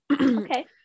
Okay